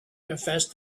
confessed